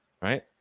Right